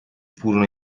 furono